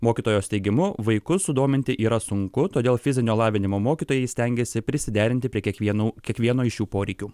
mokytojos teigimu vaikus sudominti yra sunku todėl fizinio lavinimo mokytojai stengiasi prisiderinti prie kiekvienų kiekvieno iš jų poreikių